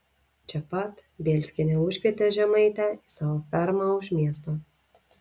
čia pat bielskienė užkvietė žemaitę į savo fermą už miesto